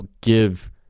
give